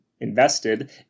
invested